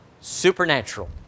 supernatural